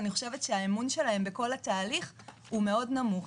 האמון שלהם בכל התהליך הוא מאוד נמוך.